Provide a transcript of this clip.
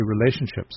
relationships